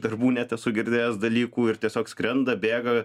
darbų net esu girdėjęs dalykų ir tiesiog skrenda bėga